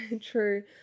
true